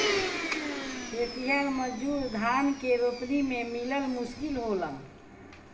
खेतिहर मजूर धान के रोपनी में मिलल मुश्किल होलन